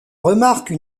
remarque